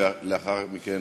ולאחר מכן,